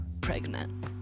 pregnant